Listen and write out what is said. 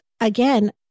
again